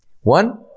One